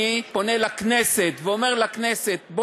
אני פונה לכנסת ואומר לכנסת,